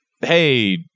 hey